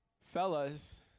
fellas